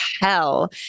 hell